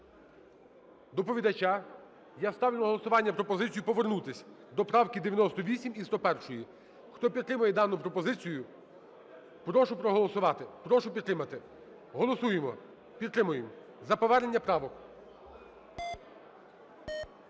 доповідача, я ставлю на голосування пропозицію повернутись до правки 98 і 101. Хто підтримує дану пропозицію, прошу проголосувати. Прошу підтримати. Голосуємо. Підтримуємо. За повернення правок.